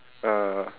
uh